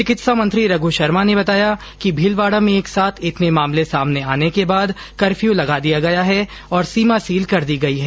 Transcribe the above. चिकित्सा मंत्री रघू शर्मा ने बताया कि भीलवाडा में एक साथ इतने मामले सामने आने के बाद कर्फ्यू लगा दिया गया है और सीमा सील कर दी गई है